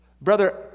Brother